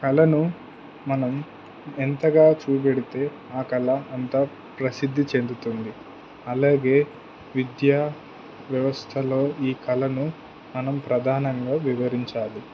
కళను మనం ఎంతగా చూపెడితే ఆ కళ అంతా ప్రసిద్ధి చెందుతుంది అలాగే విద్యా వ్యవస్థలో ఈ కళను మనం ప్రధానంగా వివరించాలి